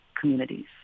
communities